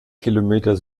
kilometer